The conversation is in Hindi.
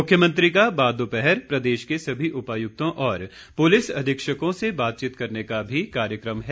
मुख्यमंत्री का बाद दोपहर प्रदेश के सभी उपयुक्तों और पुलिस अधिक्षकों से बातचीत करने का भी कार्यक्रम है